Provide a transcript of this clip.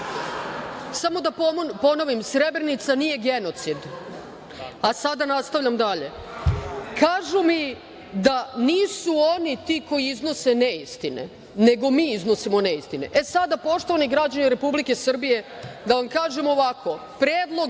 Samo da ponovim, Srebrenica nije genocid, a sada nastavljam dalje. Kažu mi da nisu oni ti koji iznose neistine, nego mi iznosimo neistine. E, sada, poštovani građani Republike Srbije da vam kažem ovako, Predlog